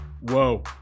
Whoa